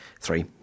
three